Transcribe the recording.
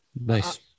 Nice